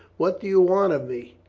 what do you want of me?